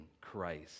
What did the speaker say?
Christ